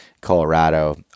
Colorado